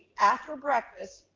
after breakfast,